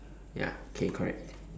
ya okay correct